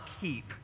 keep